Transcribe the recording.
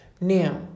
Now